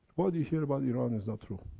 what you hear about iran is not true.